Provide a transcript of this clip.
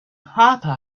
harper